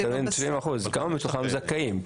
כמה מתוכם זכאים?